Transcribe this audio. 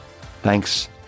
Thanks